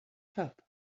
cup